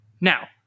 Now